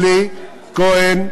אלי כהן,